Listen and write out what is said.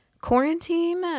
Quarantine